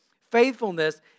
Faithfulness